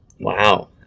wow